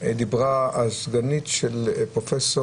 דיברה הסגנית של פרופ'